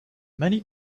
many